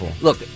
look